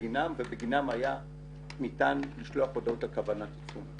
בגינן ובגינן ניתן היה לשלוח הודעות על כוונת עיצום.